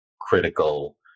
critical